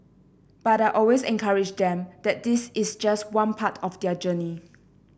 but I always encourage them that this is just one part of their journey